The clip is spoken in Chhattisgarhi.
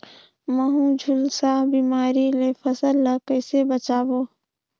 महू, झुलसा बिमारी ले फसल ल कइसे बचाबो?